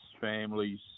families